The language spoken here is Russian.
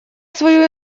свою